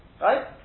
Right